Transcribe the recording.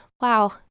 wow